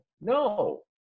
No